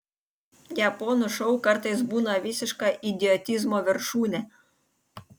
japonų šou kartais būna visiška idiotizmo viršūnė